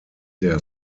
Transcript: der